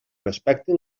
respectin